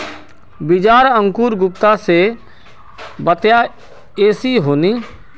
बीज आर अंकूर गुप्ता ने बताया ऐसी होनी?